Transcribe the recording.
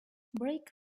break